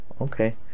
okay